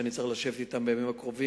שאני צריך לשבת אתם בימים הקרובים,